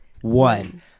one